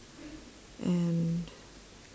and